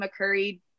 McCurry